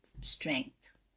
strength